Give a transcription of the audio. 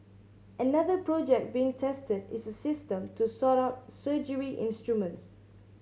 another project being tested is a system to sort out surgery instruments